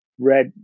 red